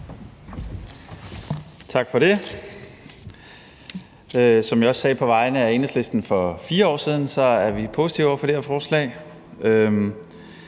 Tak for det. Som jeg også sagde på vegne af Enhedslisten for 4 år siden, er vi positive over for det her forslag.